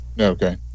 Okay